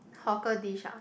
hawker dish ah